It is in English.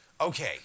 okay